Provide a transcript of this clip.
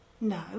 No